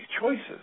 choices